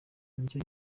nicyo